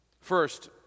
First